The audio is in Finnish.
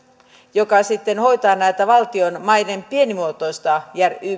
joka hoitaa tätä valtionmaiden pienimuotoista